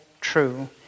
true